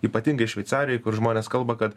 ypatingai šveicarijoj kur žmonės kalba kad